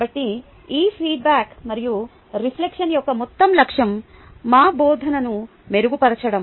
కాబట్టి ఈ ఫీడ్బ్యాక్ మరియు రిఫ్లెక్షన్ యొక్క మొత్తం లక్ష్యం మా బోధనను మెరుగుపరచడం